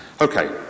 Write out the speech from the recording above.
Okay